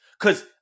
Cause